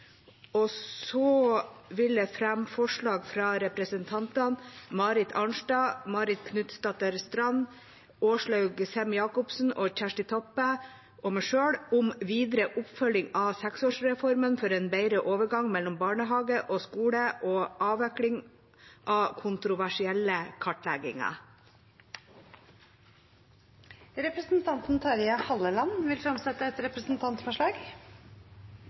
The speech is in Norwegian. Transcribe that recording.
Og så vil jeg fremme forslag fra representantene Marit Arnstad, Marit Knutsdatter Strand, Åslaug Sem-Jacobsen, Kjersti Toppe og meg selv om videre oppfølging av seksårsreformen for en bedre overgang mellom barnehage og skole og avvikling av kontroversielle kartlegginger. Representanten Terje Halleland vil fremsette et representantforslag.